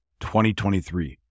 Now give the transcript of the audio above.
2023